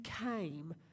came